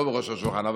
לא בראש השולחן.